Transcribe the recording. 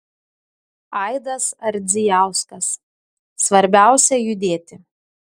aidas ardzijauskas svarbiausia judėti